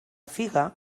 figa